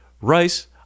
Rice